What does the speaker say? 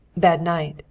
bad night,